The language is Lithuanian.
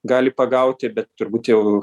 gali pagauti bet turbūt jau